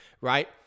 right